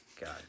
god